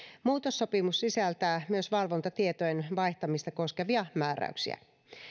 muutossopimus sisältää myös valvontatietojen vaihtamista koskevia määräyksiä